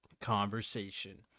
conversation